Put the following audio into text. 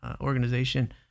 organization